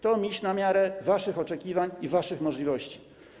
To miś na miarę waszych oczekiwań i waszych możliwości.